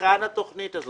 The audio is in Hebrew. היכן התוכנית הזאת?